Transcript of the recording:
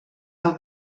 del